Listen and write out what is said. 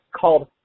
called